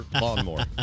lawnmower